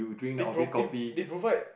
they pro~ they provide